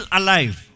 alive